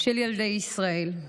של ילדי ישראל.